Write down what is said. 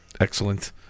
Excellent